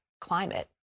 climate